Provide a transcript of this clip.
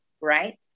right